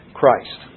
Christ